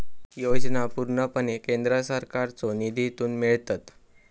योजना पूर्णपणे केंद्र सरकारच्यो निधीतून मिळतत